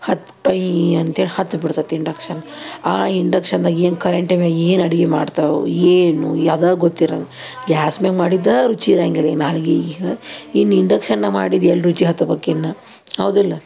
ಹೊತ್ತಿ ಟೊಯ್ ಅಂಥೇಳಿ ಹೊತ್ತಿ ಬಿಡ್ತೈತಿ ಇಂಡಕ್ಷನ್ ಆ ಇಂಡಕ್ಷನ್ದಾಗ ಏನು ಕರೆಂಟ್ ಅವೆ ಏನು ಅಡುಗೆ ಮಾಡ್ತಾವು ಏನು ಯಾವ್ದೂ ಗೊತ್ತಿರೋಲ್ಲ ಗ್ಯಾಸ್ ಮ್ಯಾಗ ಮಾಡಿದ್ದಾ ರುಚಿ ಇರೋಂಗಿಲ್ಲ ಇನ್ನು ಅಡ್ಗೆಗೆ ಇನ್ನು ಇಂಡಕ್ಷನಾಗ ಮಾಡಿದ್ದು ಎಲ್ಲ ರುಚಿ ಹತ್ತಬೇಕು ಇನ್ನು ಹೌದಿಲ್ಲ